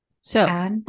So-